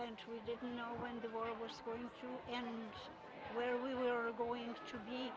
end where we were going to be